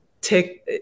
take